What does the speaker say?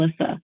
Alyssa